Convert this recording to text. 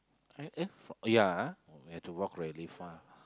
eh yeah we have to walk really far